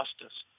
justice